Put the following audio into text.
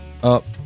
up